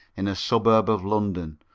in a suburb of london,